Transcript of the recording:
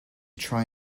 try